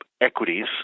equities